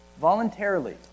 voluntarily